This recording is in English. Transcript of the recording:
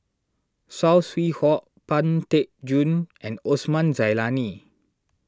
Saw Swee Hock Pang Teck Joon and Osman Zailani